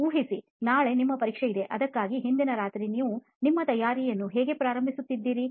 ಊಹಿಸಿ ನಾಳೆ ನಿಮ್ಮ ಪರೀಕ್ಷೆ ಇದೆ ಅದಕ್ಕಾಗಿ ಹಿಂದಿನ ರಾತ್ರಿ ನೀವು ನಿಮ್ಮ ತಯಾರಿಯನ್ನು ಹೇಗೆ ಪ್ರಾರಂಭಿಸುತ್ತಿದ್ದೀರಿ